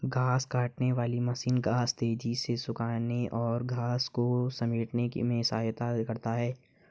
घांस काटने वाली मशीन घांस तेज़ी से सूखाने और घांस को समेटने में सहायता करता है